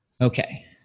Okay